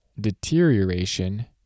deterioration